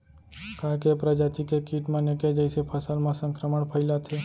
का ऐके प्रजाति के किट मन ऐके जइसे फसल म संक्रमण फइलाथें?